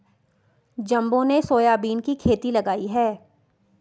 जम्बो ने सोयाबीन की खेती लगाई है